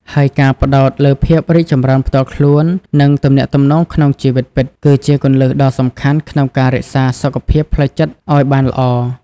ហើយការផ្តោតលើភាពរីកចម្រើនផ្ទាល់ខ្លួន និងទំនាក់ទំនងក្នុងជីវិតពិត គឺជាគន្លឹះដ៏សំខាន់ក្នុងការរក្សាសុខភាពផ្លូវចិត្តឱ្យបានល្អ។